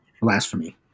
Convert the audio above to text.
blasphemy